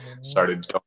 started